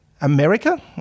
America